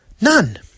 None